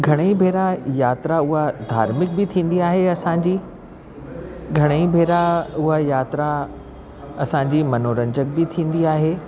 घणेई भेरा यात्रा उआ धार्मिक बि थींदी आहे असांजी घणेई भेरा उअ यात्रा असांजी मनोरंजन बि थींदी आहे